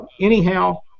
Anyhow